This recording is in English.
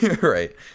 Right